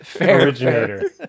originator